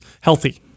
healthy